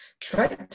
try